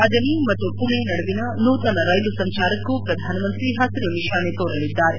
ಅಜನಿ ಮತ್ತು ಮಣೆ ನಡುವಿನ ನೂತನ ರೈಲು ಸಂಚಾರಕ್ಕೂ ಪ್ರಧಾನ ಮಂತ್ರಿ ಪಸಿರು ನಿಶಾನೆ ತೋರಲಿದ್ದಾರೆ